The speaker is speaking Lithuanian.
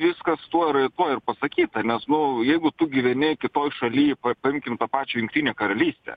viskas tuo yra tuo ir pasakyta nes nu jeigu tu gyveni kitoj šaly pa paimkim tą pačią jungtinę karalystę